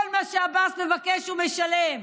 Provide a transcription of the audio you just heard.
כל מה שעבאס מבקש הוא משלם.